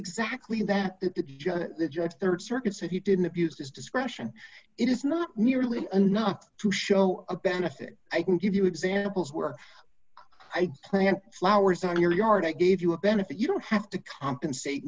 exactly that the judge rd circuit said he didn't abused his discretion it is not nearly enough to show a benefit i can give you examples where i plant flowers on your yard i gave you a benefit you don't have to compensate